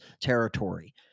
territory